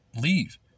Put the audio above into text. leave